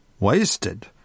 Wasted